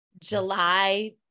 July